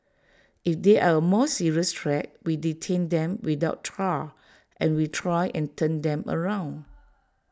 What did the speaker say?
if they are A more serious threat we detain them without trial and we try and turn them around